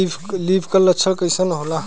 Leaf curl लक्षण कइसन होला?